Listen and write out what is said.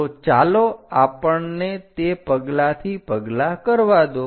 તો ચાલો આપણને તે પગલાંથી પગલાં કરવા દો